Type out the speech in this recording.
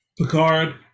picard